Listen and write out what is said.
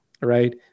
right